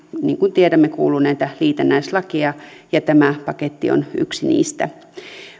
niin kuin tiedämme kuuluu näitä liitännäislakeja ja tämä paketti on yksi niistä